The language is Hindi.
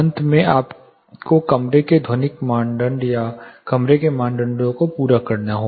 अंत में आपको कमरे के ध्वनिक मानदंड या कमरे के मानदंडों को पूरा करना होगा